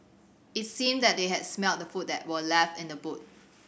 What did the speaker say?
it seemed that they had smelt the food that were left in the boot